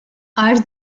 are